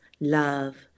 love